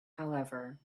however